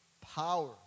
power